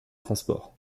transports